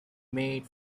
made